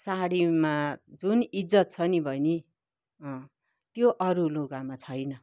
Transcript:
सारीमा जुन इज्जत छ नि बहिनी त्यो अरू लुगामा छैन